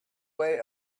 way